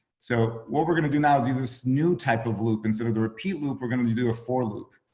so what we're gonna do now is use this new type of loop, instead of the repeat loop. we're going to do a four loop.